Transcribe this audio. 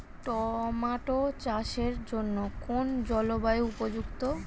Tomato চাষের জন্য কোন জলবায়ু উপযুক্ত?